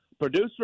producer